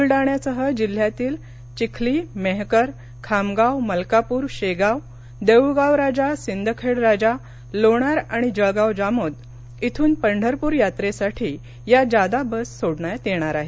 बूलडाण्यासह जिल्ह्यातील चिखली मेहकर खामगांव मलकापूर शेगांव देऊळगाव राजा सिंदखेड राजा लोणार आणि जळगांव जामोद इथून पंढरपूर यात्रेसाठी या जादा बस सोडण्यात येणार आहेत